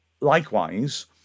likewise